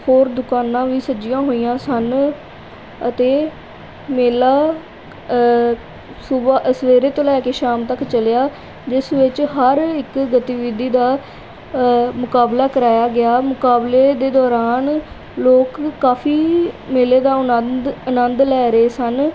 ਹੋਰ ਦੁਕਾਨਾਂ ਵੀ ਸੱਜੀਆਂ ਹੋਈਆਂ ਸਨ ਅਤੇ ਮੇਲਾ ਸੁਬਾ ਅ ਸਵੇਰ ਤੋਂ ਲੈ ਕੇ ਸ਼ਾਮ ਤੱਕ ਚਲਿਆ ਜਿਸ ਵਿੱਚ ਹਰ ਇੱਕ ਗਤੀਵਿਧੀ ਦਾ ਮੁਕਾਬਲਾ ਕਰਾਇਆ ਗਿਆ ਮੁਕਾਬਲੇ ਦੇ ਦੌਰਾਨ ਲੋਕ ਕਾਫੀ ਮੇਲੇ ਦਾ ਆਨੰਦ ਆਨੰਦ ਲੈ ਰਹੇ ਸਨ